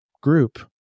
group